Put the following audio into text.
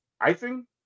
icing